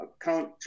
Count